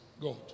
God